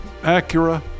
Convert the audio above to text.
Acura